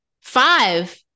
five